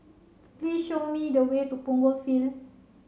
please show me the way to Punggol Field